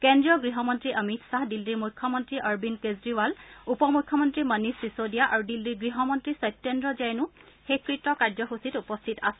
কেন্দ্ৰীয় গৃহমন্ত্ৰী অমিত খাহ দিল্লীৰ মুখ্যমন্ত্ৰী অৰবিন্দ কেজৰিৱাল উপ মুখ্যমন্ত্ৰী মনিষ চিচোদিয়া আৰু দিল্লীৰ গৃহমন্ত্ৰী সত্যেন্দ্ৰ জৈনো শেষকৃত্য কাৰ্যসূচীত উপস্থিত আছিল